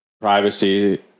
privacy